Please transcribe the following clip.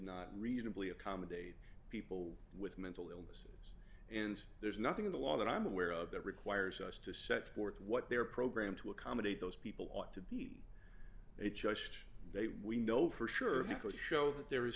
not reasonably accommodate people with mental illness and there's nothing in the law that i'm aware of that requires us to set forth what they're programmed to accommodate those people ought to be it just they we know for sure because the show that there is